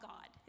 God